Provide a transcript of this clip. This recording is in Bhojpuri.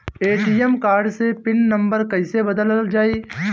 ए.टी.एम कार्ड के पिन नम्बर कईसे बदलल जाई?